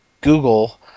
Google